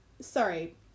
Sorry